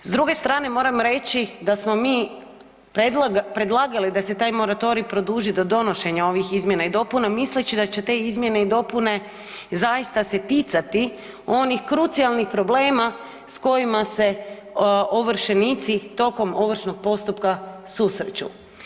S druge strane moram reći da smo mi predlagali da se taj moratorij predloži do donošenja ovih izmjena i dopuna misleći da će te izmjene i dopune zaista se ticati onih krucijalnih problema s kojima se ovršenici tokom ovršnog postupka susreću.